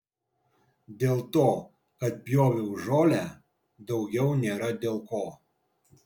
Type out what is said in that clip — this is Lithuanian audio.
dėl to kad pjoviau žolę daugiau nėra dėl ko